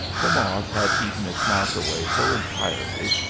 the moths had eaten its mouth away so entirely,